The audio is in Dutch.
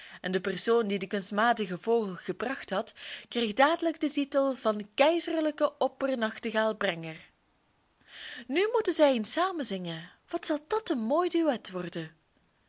en de persoon die den kunstmatigen vogel gebracht had kreeg dadelijk den titel van keizerlijken opper nachtegaalbrenger nu moeten zij eens samen zingen wat zal dat een mooi duet worden